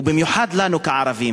ובמיוחד לנו כערבים.